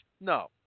No